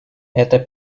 это